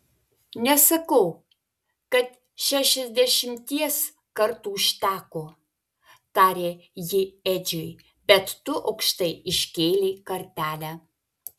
nesakau kad šešiasdešimties kartų užteko tarė ji edžiui bet tu aukštai iškėlei kartelę